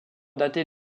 datée